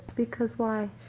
because why?